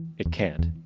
it cant,